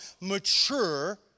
mature